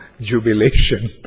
jubilation